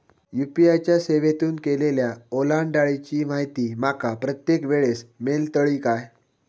UPI च्या सेवेतून केलेल्या ओलांडाळीची माहिती माका प्रत्येक वेळेस मेलतळी काय?